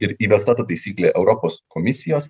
ir įvesta ta taisyklė europos komisijos